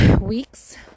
weeks